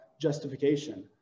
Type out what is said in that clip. justification